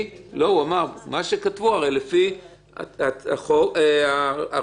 מה שכתבו, הרי לפי ההרשעה.